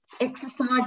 exercise